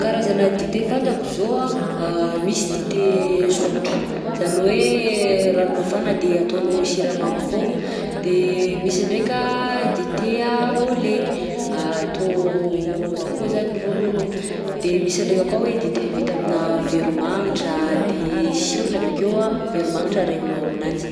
Karazana dite fantako izao anh misy dite sotra zany hoe rano mafana de atanao siramamy foagna, de misy ndraika dite a au lait atao akao zany ronono, de misy ndraiky koà hoe dite vita aminà veromagnitra de sirony avy akeo anh veromagnitra regninao aminanjy.